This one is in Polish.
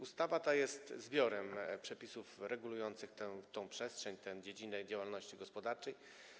Ustawa ta jest zbiorem przepisów regulujących tę przestrzeń, tę dziedzinę działalności gospodarczej.